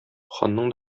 ханның